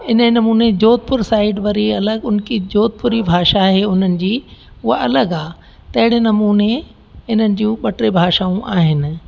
हिन नमूने जोधपुर साइड वरी अलॻि हुन की जोधपुरी भाषा आहे उन्हनि जी उहा अलॻि आहे त अहिड़े नमूने इन्हनि जूं ॿ टे भाषाऊं आहिनि